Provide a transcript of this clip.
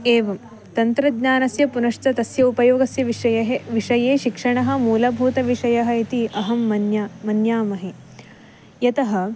एवं तन्त्रज्ञानस्य पुनश्च तस्य उपयोगस्य विषये विषये शिक्षणं मूलभूतविषयः इति अहं मन्ये मन्ये यतः